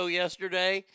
yesterday